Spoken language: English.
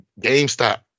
GameStop